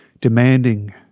demanding